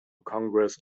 congress